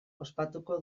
ospatuko